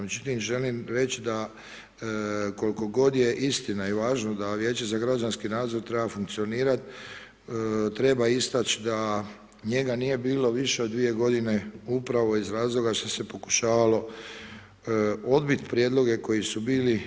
Međutim, želim reći da je koliko god je istina i važno da Vijeće za građanski nadzor treba funkcionirat, treba istać da njega nije bilo više od dvije godine upravo iz razloga što se pokušavalo odbit prijedloge koji su bili.